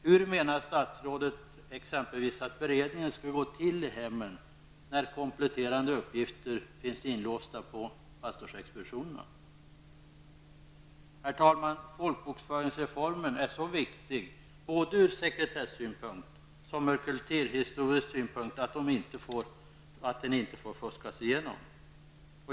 Hur menar statsrådet att beredningen i hemmen skall gå till när kompletterande uppgifter finns inlåsta på pastorsexpeditionen? Herr talman! Folkbokföringsreformen är så viktig ur både sekretessynpunkt och kulturhistorisk synpunkt att den inte får fuskas igenom.